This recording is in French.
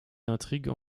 intrigues